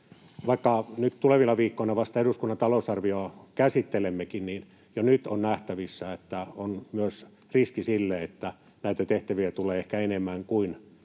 Vaikka nyt tulevina viikkoina vasta eduskunnan talousarviota käsittelemmekin, niin jo nyt on nähtävissä, että on myös riski sille, että näitä tehtäviä tulee ehkä enemmän kuin